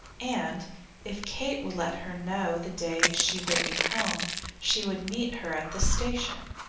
and if kate would let her know the day she would be home she would meet her at the station.